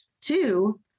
Two